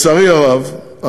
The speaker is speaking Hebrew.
לצערי הרב,